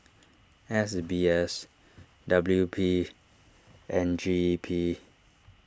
S B S W P and G E P